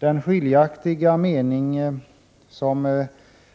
Den skiljaktiga mening som